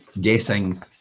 guessing